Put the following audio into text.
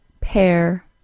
pair